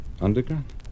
Underground